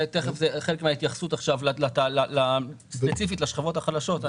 וחלק מההתייחסות עכשיו תהיה ספציפית לשכבות החלשות.